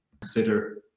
consider